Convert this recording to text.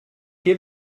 hier